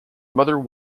mother